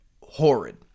horrid